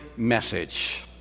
Message